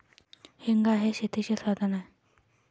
हेंगा हे शेतीचे साधन आहे